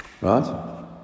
Right